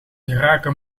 geraken